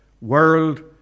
world